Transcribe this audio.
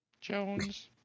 Jones